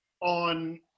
on